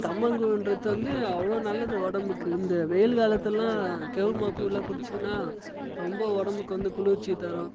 கம்மங்கூழுன்றது வந்து அவ்வளோ நல்லது உடம்புக்கு இந்த வெயில் காலத்துலெல்லாம் கெவுரு மாவு கூல்லெலாம் குடிச்சிங்கின்னா ரொம்ப உடம்புக்கு வந்து குளிர்ச்சிய தரும்